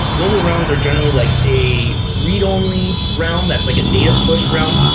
global realms are generally like a read-only realm, that's like a data push realm.